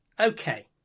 Okay